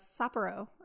Sapporo